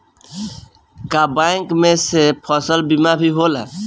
का बैंक में से फसल बीमा भी होला?